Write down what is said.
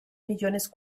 millones